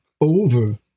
over